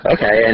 Okay